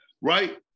right